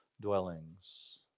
dwellings